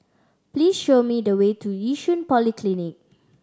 please show me the way to Yishun Polyclinic